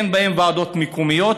אין בהם ועדות מקומיות.